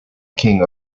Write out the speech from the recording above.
king